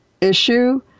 issue